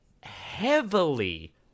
heavily